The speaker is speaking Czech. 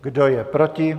Kdo je proti?